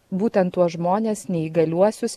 būtent tuos žmones neįgaliuosius